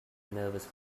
nervous